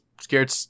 scared